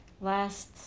last